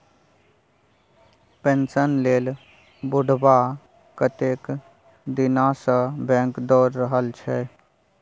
pension लेल बुढ़बा कतेक दिनसँ बैंक दौर रहल छै